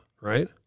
right